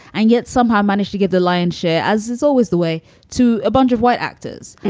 and yet somehow managed to get the lion's share, as is always the way to a bunch of white actors.